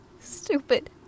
stupid